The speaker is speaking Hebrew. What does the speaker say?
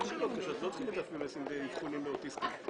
אני פותח את ישיבת ועדת הכספים.